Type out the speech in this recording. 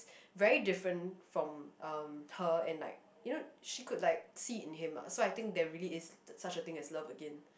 very different from um her and like you know she could like see it in him ah so I think there really is such a thing as love again